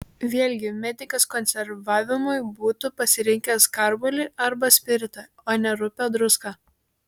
vėlgi medikas konservavimui būtų pasirinkęs karbolį arba spiritą o ne rupią druską